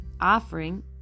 offering